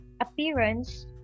appearance